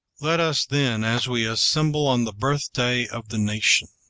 let us, then, as we assemble on the birthday of the nation,